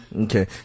Okay